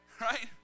Right